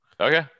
Okay